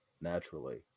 Naturally